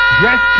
dress